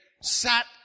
sat